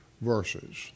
verses